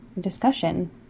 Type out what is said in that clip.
discussion